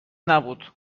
نبود